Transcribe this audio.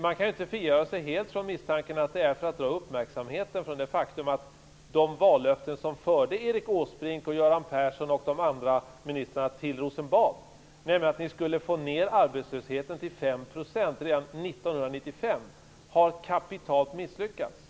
Man kan inte frigöra sig helt från misstanken att det är för att dra uppmärksamheten från det faktum att de vallöften som förde Erik Åsbrink, Göran Persson och de andra ministrarna till Rosenbad, nämligen att ni skulle få ned arbetslösheten till 5 % redan 1995, har ni kapitalt misslyckats med.